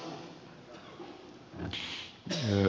arvoisa puhemies